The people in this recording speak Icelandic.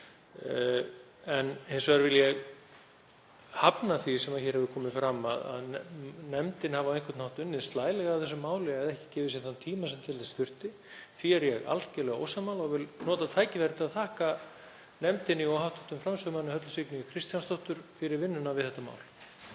Hins vegar vil ég hafna því sem hér hefur komið fram, að nefndin hafi á einhvern hátt unnið slælega að þessu máli eða ekki gefið sér þann tíma sem þurfti. Því er ég algjörlega ósammála og vil nota tækifærið til að þakka nefndinni og hv. framsögumanni Höllu Signýju Kristjánsdóttur fyrir vinnuna við þetta mál.